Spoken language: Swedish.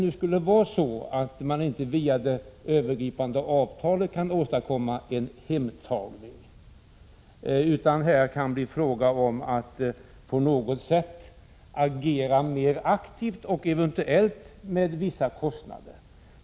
Låt oss anta att det inte går att åstadkomma en hemtagning via det övergripande avtalet utan det kan bli fråga om att på något sätt agera mera aktivt och eventuellt med vissa kostnader.